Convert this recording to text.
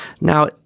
Now